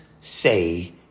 say